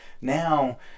Now